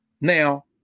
Now